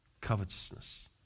Covetousness